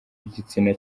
igitsina